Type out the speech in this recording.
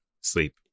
Sleep